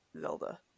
Zelda